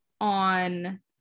on